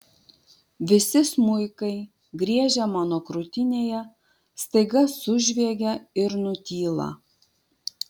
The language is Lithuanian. visi smuikai griežę mano krūtinėje staiga sužviegia ir nutyla